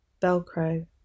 velcro